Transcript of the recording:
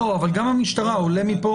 לא, אבל גם המשטרה, עולה מפה.